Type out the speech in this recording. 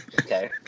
Okay